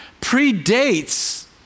predates